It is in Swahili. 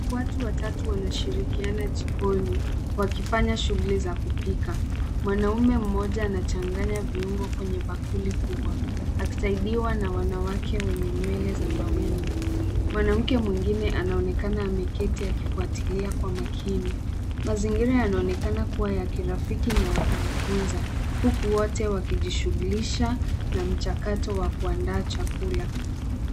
Watu watatu wanashirikiana jikoni, wakifanya shughuli za kupika. Mwanaume mmoja anachanganya viungo kwenye bakuli kubwa, akisaidiwa na wanawake wenye nywele za mawimbi. Mwanamke mwingine anaonekana ameketi akifuatilia kwa makini. Mazingira yanaonekana kuwa ya kirafiki na ya kujifunza, huku wote wakijishughulisha na mchakato wa kuandaa chakula.